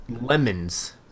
lemons